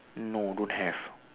no don't have